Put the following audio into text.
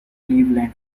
cleveland